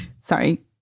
sorry